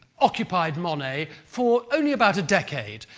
occupied monet for only about a decade,